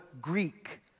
Greek